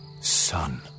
son